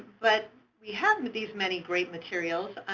but we have these many great materials,